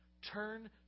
Turn